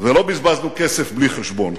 ולא בזבזנו כסף בלי חשבון.